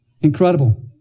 Incredible